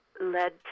led